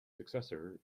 successor